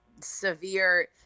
severe